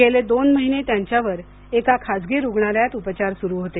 गेले दोन महिने त्यांच्यावर एका खासगी रुग्णालयात उपचार सुरू होते